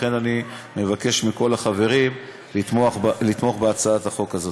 לכן אני מבקש מכל החברים לתמוך בהצעת החוק הזאת.